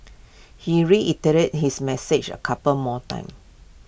he reiterated his message A couple more times